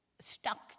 stuck